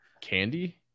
candy